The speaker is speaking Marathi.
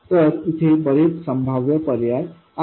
तर इथे बरेच संभाव्य पर्याय आहेत